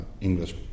English